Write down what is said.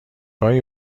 گاهی